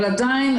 אבל עדיין,